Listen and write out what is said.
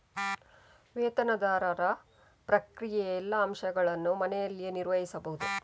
ವೇತನದಾರರ ಪ್ರಕ್ರಿಯೆಯ ಎಲ್ಲಾ ಅಂಶಗಳನ್ನು ಮನೆಯಲ್ಲಿಯೇ ನಿರ್ವಹಿಸಬಹುದು